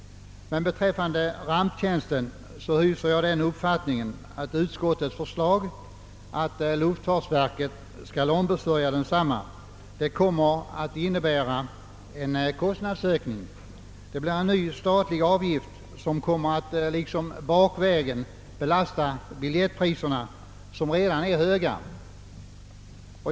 Däremot hyser jag den uppfattningen att utskottets förslag att luftfartsverket skall ombesörja ramptjänsten kommer att innebära en kostnadsökning. Vi får en ny statlig avgift som kommer att liksom bakvägen belasta biljettpriserna, som redan är höga.